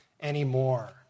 anymore